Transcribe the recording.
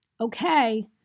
Okay